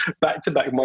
back-to-back